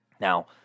now